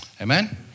Amen